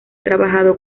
trabajado